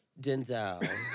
Denzel